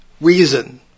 reason